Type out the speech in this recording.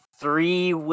Three